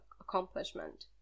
accomplishment